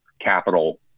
capital